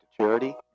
charity